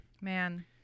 Man